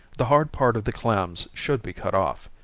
the hard part of the clams should be cut off,